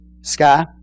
Sky